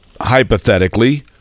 hypothetically